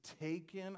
taken